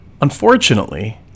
Unfortunately